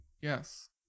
Yes